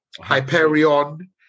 Hyperion